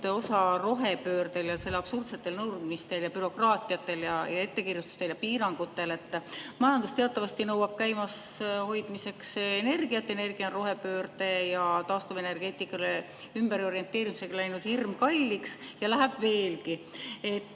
osa rohepöördel ja selle absurdsetel nõudmistel ja bürokraatial ja ettekirjutustel ja piirangutel. Majandus teatavasti nõuab käimas hoidmiseks energiat. Energia on rohepöördele ja taastuvenergeetikale ümberorienteerumisega läinud hirmkalliks ja läheb veelgi